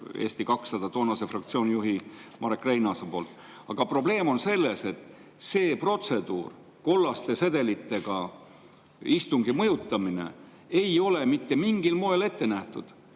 Eesti 200 toonase fraktsioonijuhi Marek Reinaasa poolt. Aga probleem on selles, et see protseduur, kollaste sedelitega istungi mõjutamine, ei ole mitte mingil moel ette nähtud.